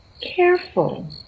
careful